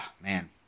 man